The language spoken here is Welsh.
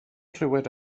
clywed